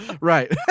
Right